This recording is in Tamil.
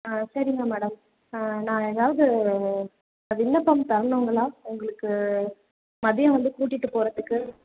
ஆ சரிங்க மேடம் நான் எதாவது விண்ணப்பம் தரணும்ங்களா உங்களுக்கு மதியம் வந்து கூட்டிகிட்டு போகறத்துக்கு